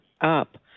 up